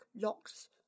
locks